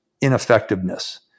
ineffectiveness